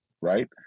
right